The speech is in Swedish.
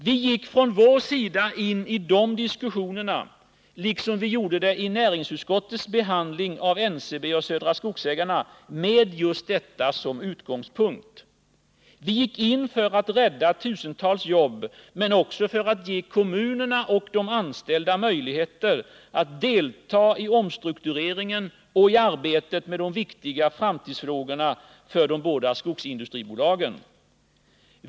Vi gick från vår sida in i dessa diskussioner, liksom i näringsutskottets behandling av NCB och Södra Skogsägarna, med just detta som utgångspunkt. Vi gick in för att rädda tusentals jobb men också för att ge kommunerna och de anställda möjligheter att delta i omstruktureringen och i arbetet med de viktiga framtidsfrågorna för de båda skogsindustribolagen.